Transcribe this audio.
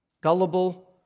gullible